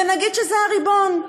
ונגיד שזה הריבון,